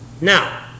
now